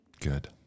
Good